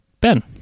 Ben